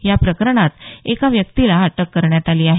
या प्रकरणात एका व्यक्तीला अटक करण्यात आली आहे